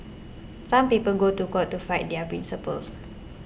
some people go to court to fight their principles